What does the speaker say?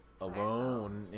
alone